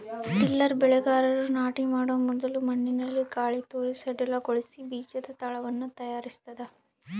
tiller ಬೆಳೆಗಾರರು ನಾಟಿ ಮಾಡೊ ಮೊದಲು ಮಣ್ಣಿನಲ್ಲಿ ಗಾಳಿತೂರಿ ಸಡಿಲಗೊಳಿಸಿ ಬೀಜದ ತಳವನ್ನು ತಯಾರಿಸ್ತದ